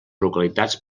localitats